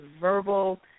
verbal